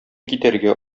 китәргә